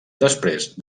després